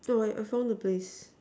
so I I found the place